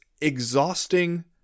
exhausting